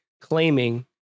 claiming